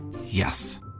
Yes